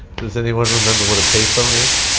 does anyone remember what a pay phone is?